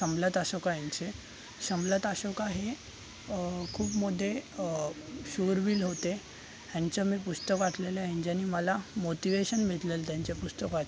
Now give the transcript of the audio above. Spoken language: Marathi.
सम्राट अशोका यांचे सम्राट अशोका हे खूप मोठे शूरवीर होते ह्यांचं मी पुस्तक वाचलेलं आहे ज्यानी मला मोतीव्हेशन भेटलेलं त्यांचे पुस्तक वाचून